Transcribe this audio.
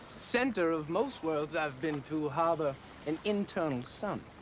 center of most worlds i've been to harbor an internal sun.